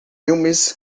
filmes